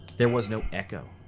there was no echo.